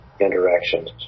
interactions